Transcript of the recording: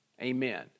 Amen